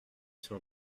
sur